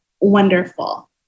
wonderful